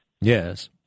Yes